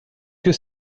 que